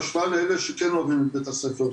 בהשוואה לאלה שכן אוהבים את בית הספר.